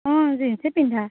অঁ জিন্সেই পিন্ধা